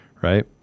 right